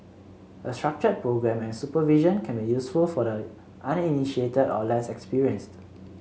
a structured programme and supervision can be useful for the uninitiated or less experienced